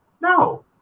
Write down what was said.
no